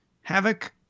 Havoc